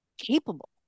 capable